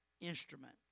instrument